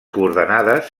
coordenades